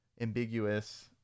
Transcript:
ambiguous